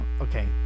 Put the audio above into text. okay